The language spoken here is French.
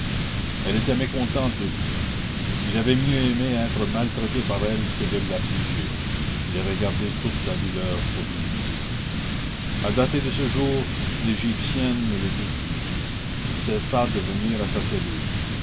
elle était mécontente de lui il avait mieux aimé être maltraité par elle que de l'affliger il avait gardé toute la douleur pour lui à dater de ce jour l'égyptienne ne le vit plus il cessa de venir à sa cellule